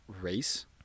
race